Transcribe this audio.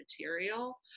material